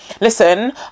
listen